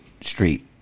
street